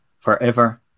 forever